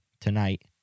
tonight